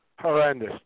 Horrendous